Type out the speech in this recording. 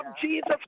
Jesus